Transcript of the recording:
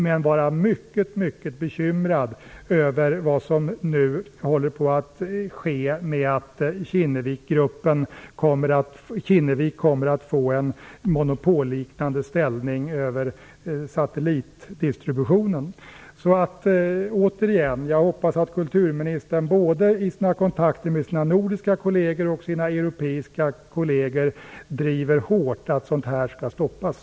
Men jag är mycket bekymrad över vad som nu håller på att ske, dvs. att Kinnevik kommer att få en monopolliknande ställning när det gäller satellitdistributionen. Jag vill återigen säga att jag hoppas att kulturministern i kontakterna med både sina nordiska kolleger och sina europeiska kolleger i övrigt hårt driver att sådant skall stoppas.